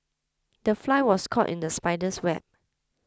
the fly was caught in the spider's web